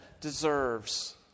deserves